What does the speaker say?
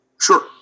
Sure